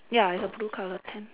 ya it's a blue colour tent